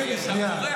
לא.